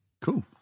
Cool